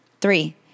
Three